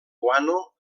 guano